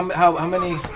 um how many